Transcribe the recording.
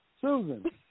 Susan